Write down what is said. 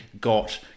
got